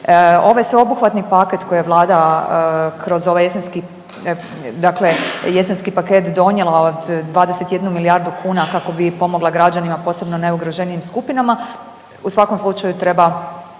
Ovaj sveobuhvatni paket koji je vlada kroz ovaj jesenski paket donijela od 21 milijardu kuna kako bi pomogla građanima, posebno najugroženijim skupinama u svakom slučaju treba